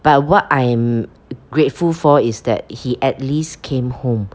but what I am grateful for is that he at least came home